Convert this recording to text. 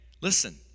listen